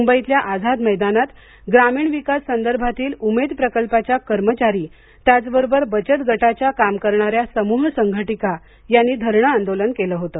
मुंबईतल्या आझाद मैदानात ग्रामीण विकास संदर्भातील उमेद प्रकल्पाच्या कर्मचारी त्याचबरोबर बचत गटाच्या काम करणाऱ्या समूह संघटिका यांनी धरणे आंदोलन केलं होलं